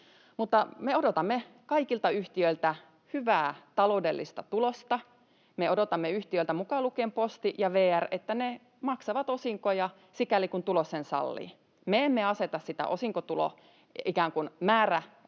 me odotamme kaikilta yhtiöiltä hyvää taloudellista tulosta. Me odotamme yhtiöiltä, mukaan lukien Posti ja VR, että ne maksavat osinkoja, sikäli kuin tulos sen sallii. Me emme aseta sitä osinkotulon ikään kuin